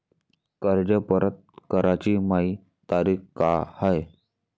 कर्ज परत कराची मायी तारीख का हाय?